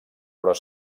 però